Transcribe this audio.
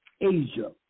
Asia